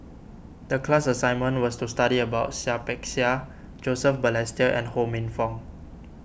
the class assignment was to study about Seah Peck Seah Joseph Balestier and Ho Minfong